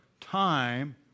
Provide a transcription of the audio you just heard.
time